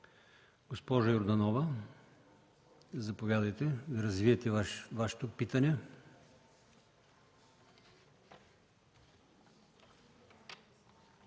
Госпожо Йорданова, заповядайте да развиете Вашето питане.